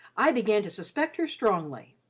i began to suspect her strongly.